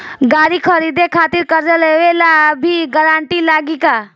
गाड़ी खरीदे खातिर कर्जा लेवे ला भी गारंटी लागी का?